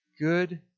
good